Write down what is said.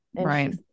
Right